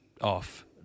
off